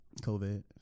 COVID